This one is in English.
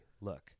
look